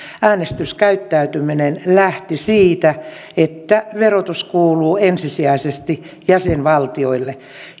äänestyskäyttäytyminen lähti siitä että verotus kuuluu ensisijaisesti jäsenvaltioille